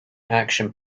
action